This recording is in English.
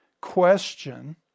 question